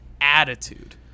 attitude